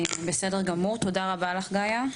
תודה רבה לך גאיה.